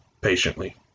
patiently